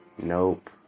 Nope